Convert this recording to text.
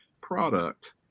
product